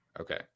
Okay